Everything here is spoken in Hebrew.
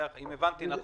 אם הבנתי נכון,